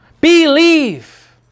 believe